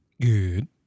good